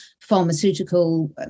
pharmaceutical